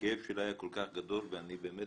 בוודאי,